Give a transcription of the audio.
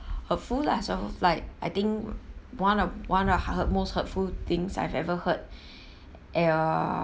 hurtful lah so it's like I think one of one of her most hurtful things I've ever heard uh